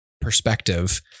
perspective